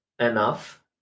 enough